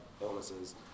illnesses